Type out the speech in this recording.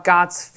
God's